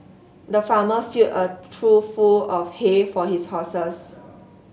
the farmer filled a trough full of hay for his horses